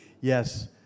Yes